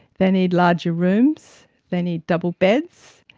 they need larger rooms, they need double beds,